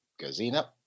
gazina